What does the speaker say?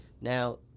Now